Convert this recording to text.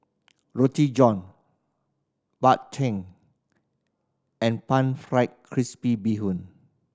Roti John Bak Chang and Pan Fried Crispy Bee Hoon